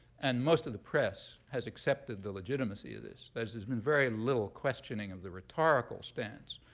and most of the press has accepted the legitimacy of this. there's there's been very little questioning of the rhetorical stance.